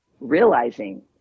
realizing